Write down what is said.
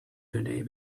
today